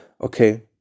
okay